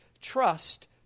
trust